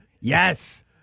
Yes